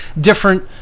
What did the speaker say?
different